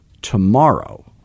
tomorrow